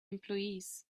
employees